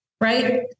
right